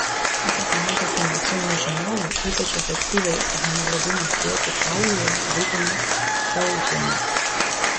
pasak liaudies medicinos žinovų ypač efektyviai hemoglobino kiekį kraujyje didina kiaulpienės